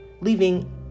leaving